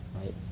right